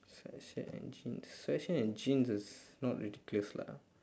sweatshirt and jeans sweatshirt and jeans is not ridiculous lah